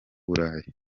burayi